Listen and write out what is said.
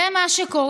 זה מה שקורה.